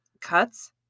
cuts